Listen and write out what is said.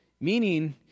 Meaning